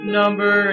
number